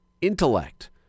intellect